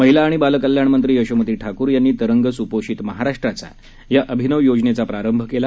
महिला आणि बाल कल्याण मंत्री यशोमती ठाकूर यांनी तरंग सुपोषित महाराष्ट्राचा या अभिनव योजनेचा प्रारंभ केला